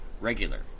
regular